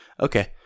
Okay